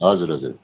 हजुर हजुर